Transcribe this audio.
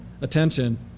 attention